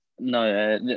No